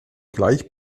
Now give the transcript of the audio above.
gleich